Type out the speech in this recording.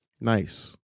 Nice